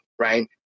Right